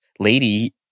lady